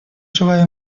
желаю